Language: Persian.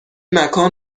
مکان